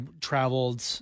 traveled